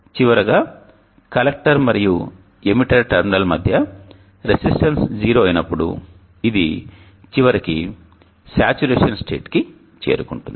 చివరగా కలెక్టర్ మరియు emitter terminal మధ్య రెసిస్టెన్స్ 0 అయినప్పుడు ఇది చివరికి సంతృప్త స్థితికి చేరుకుంటుంది